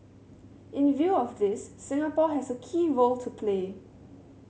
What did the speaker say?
in view of this Singapore has a key role to play